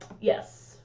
Yes